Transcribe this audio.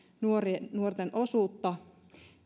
nuorten nuorten osuutta